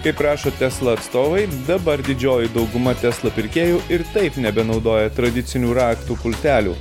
kaip rašo tesla atstovai dabar didžioji dauguma tesla pirkėjų ir taip nebenaudoja tradicinių raktų pultelių